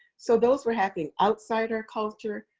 so those were happening outside our culture,